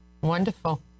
Wonderful